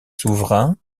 souverains